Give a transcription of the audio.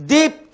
Deep